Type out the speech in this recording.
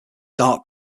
dark